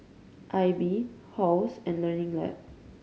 Aibi Halls and Learning Lab